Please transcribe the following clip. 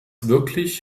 wirklich